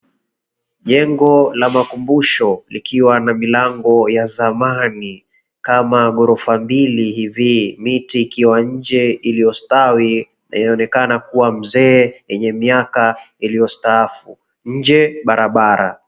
Jengo la makumbusho likiwa na milango ya zamani kama gorofa mbili hivi. Miti ikiwa nje iliyo stawi, yaonekana kuwa mzee yenye miaka iliyo staafu. Nje barabara.